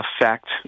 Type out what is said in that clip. effect